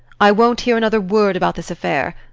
i won't hear another word about this affair.